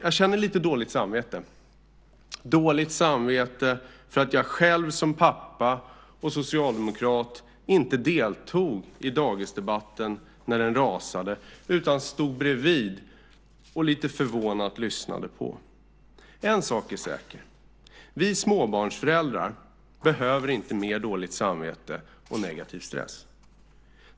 Jag har lite dåligt samvete för att jag själv som pappa och socialdemokrat inte deltog i dagisdebatten när den rasade utan stod bredvid och lyssnade lite förvånat. En sak är säker, vi småbarnsföräldrar behöver inte mer dåligt samvete och negativ stress.